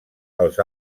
als